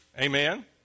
Amen